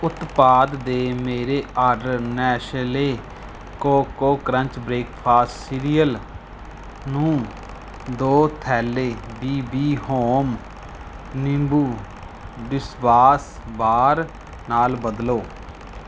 ਉਤਪਾਦ ਦੇ ਮੇਰੇ order Nestle coco crunch breakfast cereal ਨੂੰ ਦੋ ਥੈਲੈ ਬੀ ਬੀ ਹੋਮ ਨਿੰਬੂ ਡਿਸ਼ਵਾਸ਼ ਬਾਰ ਨਾਲ ਬਦਲੋ